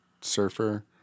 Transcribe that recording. Surfer